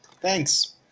thanks